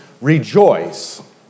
rejoice